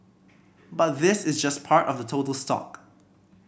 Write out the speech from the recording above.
but this is just part of the total stock